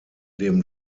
dem